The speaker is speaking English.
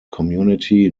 community